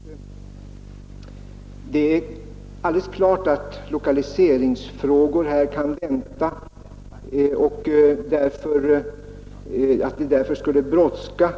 vill jag säga att det är alldeles klart att man kan vänta med vissa lokaliseringsfrågor under vissa förutsättningar.